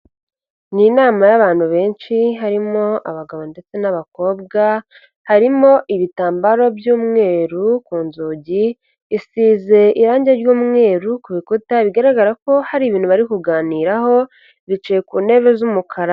N'inama y'abantu benshi harimo abagabo ndetse n'abakobwa, harimo ibitambaro by'umweru ku nzugi, isize irangi ry'umweru ku bikuta bigaragara ko hari ibintu bari kuganiraho bicaye ku ntebe z'umukara.